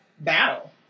battle